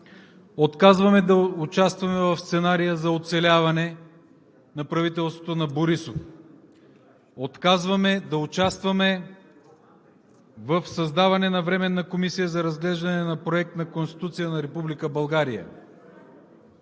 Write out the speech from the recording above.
Отказваме да участваме в сценария за оцеляване на правителството на Борисов. Отказваме да участваме в създаване на временна комисия за разглеждане на проект на Конституция на Република